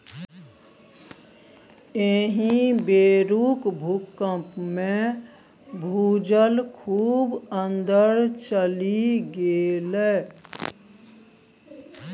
एहि बेरुक भूकंपमे भूजल खूब अंदर चलि गेलै